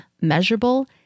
measurable